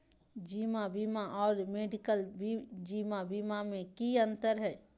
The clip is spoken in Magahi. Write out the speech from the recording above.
जीवन बीमा और मेडिकल जीवन बीमा में की अंतर है?